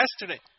yesterday